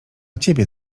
ciebie